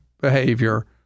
behavior